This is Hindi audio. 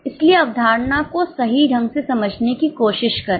इसलिए अवधारणा को सही ढंग से समझने की कोशिश करें